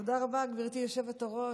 תודה רבה, גברתי היושבת-ראש.